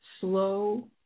slow